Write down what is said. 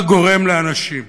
מה גורם לאנשים,